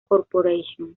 corporation